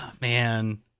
Man